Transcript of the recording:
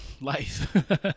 life